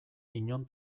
inon